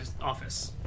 office